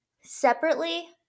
Separately